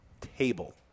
table